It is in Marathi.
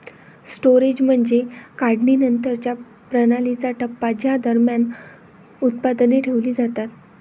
स्टोरेज म्हणजे काढणीनंतरच्या प्रणालीचा टप्पा ज्या दरम्यान उत्पादने ठेवली जातात